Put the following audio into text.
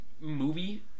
movie